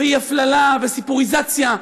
אי-הפללה וסיפוריזציה.